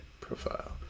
profile